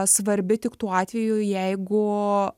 svarbi tik tuo atveju jeigu